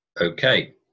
Okay